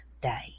day